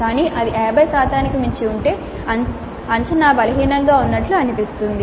కానీ అది 50 శాతానికి మించి ఉంటే అంచనా బలహీనంగా ఉన్నట్లు అనిపిస్తుంది